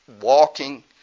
walking